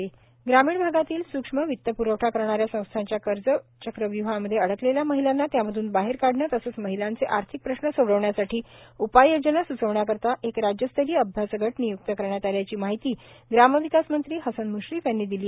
हसन म्श्रीफ ग्रामीण भागातील सुक्ष्म वितप्रवठा करणाऱ्या संस्थांच्या कर्ज चक्रव्युहामध्ये अडकलेल्या महिलांना त्यामधून बाहेर काढणे तसेच महिलांचे आर्थिक प्रश्न सोडविण्यासाठी उपाययोजना स्चविण्याकरिता एक राज्यस्तरिय अभ्यासगट निय्क्त करण्यात आल्याची माहिती ग्रामविकास मंत्री हसन म्श्रीफ यांनी दिली